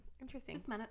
interesting